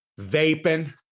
vaping